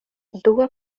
dua